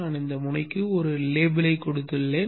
நான் இந்த முனைக்கு ஒரு லேபிளைக் கொடுத்துள்ளேன்